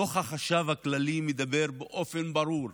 דוח החשב הכללי מדבר באופן ברור: